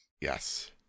Yes